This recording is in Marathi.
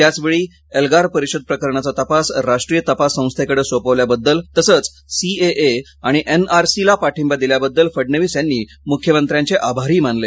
त्याचवेळी एल्गार परिषद प्रकरणाचा तपास राष्ट्रीय तपास संस्थेकडे सोपवल्याबद्दल तसंच सी ए ए आणि एन आर सी ला पाठिंबा दिल्याबद्दल फडणवीस यांनी मुख्यमंत्र्यांचे आभारही मानले